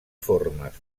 formes